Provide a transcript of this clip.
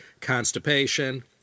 constipation